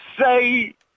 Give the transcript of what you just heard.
say